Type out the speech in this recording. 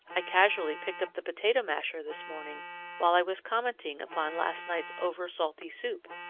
i casually picked up the potato-masher this morning while i was commenting upon last night's over-salty soup,